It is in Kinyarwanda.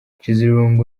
nshizirungu